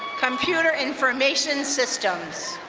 computer information systems.